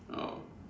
oh